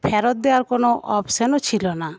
ফেরৎ দেওয়ার কোনও অপশনও ছিল না